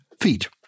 feet